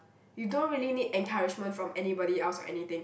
you don't really need encouragement from anybody else or anything